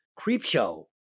Creepshow